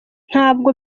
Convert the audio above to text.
ntabwo